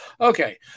Okay